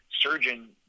surgeon